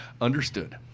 Understood